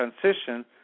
transition